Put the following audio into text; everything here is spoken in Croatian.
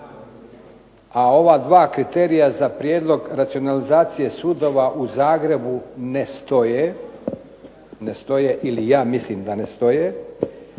a ova dva kriterija za prijedlog racionalizacije sudova u Zagrebu ne stoje ili ja mislim da ne stoje,